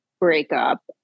breakup